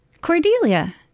Cordelia